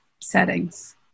settings